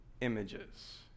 images